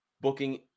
booking